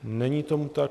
Není tomu tak.